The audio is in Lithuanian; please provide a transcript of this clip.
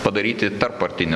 padaryti tarppartinį